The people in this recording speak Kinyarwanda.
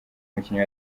mukinnyi